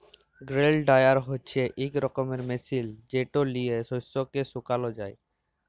grain dryer হছে ইক রকমের মেশিল যেট লিঁয়ে শস্যকে শুকাল যায়